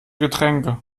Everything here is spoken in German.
getränke